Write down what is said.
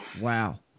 wow